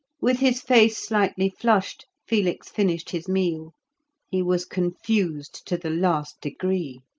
with his face slightly flushed, felix finished his meal he was confused to the last degree.